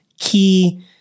key